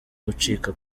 gucika